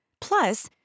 Plus